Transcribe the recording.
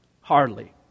Hardly